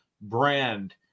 brand